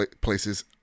places